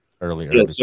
earlier